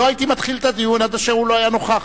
הייתי מתחיל את הדיון עד אשר הוא לא יהיה נוכח.